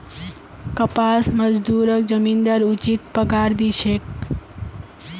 कपास मजदूरक जमींदार उचित पगार दी छेक